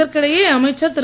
இதற்கிடையே அமைச்சர் திரு